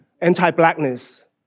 anti-blackness